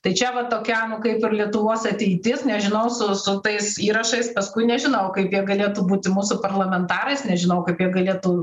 tai čia va tokia nu kaip ir lietuvos ateitis nežinau su su tais įrašais paskui nežinau kaip jie galėtų būti mūsų parlamentarais nežinau kaip jie galėtų